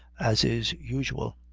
as is usual.